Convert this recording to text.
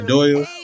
Doyle